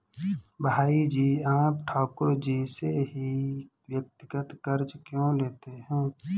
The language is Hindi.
भाई जी आप ठाकुर जी से ही व्यक्तिगत कर्ज क्यों लेते हैं?